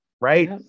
right